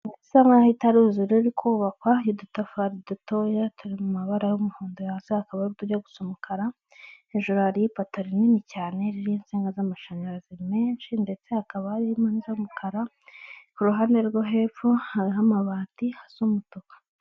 Inzu isa naho itaruzura iri kubakwa y'udutafari dutoya, turi mu mabara y'umuhondo hasi hakaba utujya gusa umukara. Hejuru hariyo ipoto rinini cyane ririho insinga z'amashanyarazi menshi ndetse hakaba hari n'iz'umukara, ku ruhande rwo hepfo hariho amabati asa umutuku.